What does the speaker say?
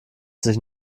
sich